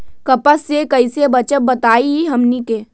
कपस से कईसे बचब बताई हमनी के?